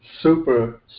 super